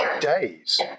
days